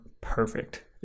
perfect